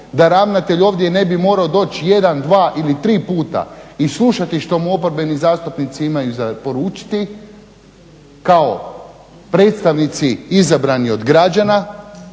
da ravnatelj ovdje ne bi morao doći jedan, dva ili tri puta i slušati što mu oporbeni zastupnici imaju za poručiti kao predstavnici izabrani od građana